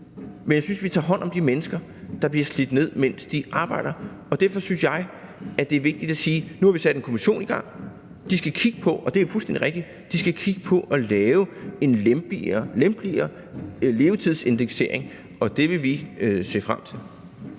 men jeg synes, vi tager hånd om de mennesker, der bliver slidt ned, mens de arbejder. Derfor synes jeg, det er vigtigt at sige, at nu har vi sat en kommission i gang, og de skal kigge på, og det er jo fuldstændig rigtigt, at lave en lempeligere levetidsindeksering, og det vil vi se frem til.